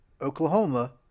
Oklahoma